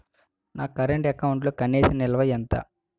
నా కరెంట్ అకౌంట్లో కనీస నిల్వ ఎంత?